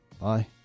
Bye